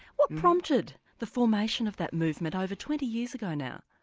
what prompted the formation of that movement, over twenty years ago now?